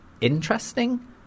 interesting